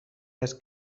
است